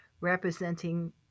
representing